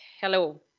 hello